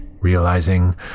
realizing